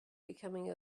becoming